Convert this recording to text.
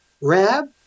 Rab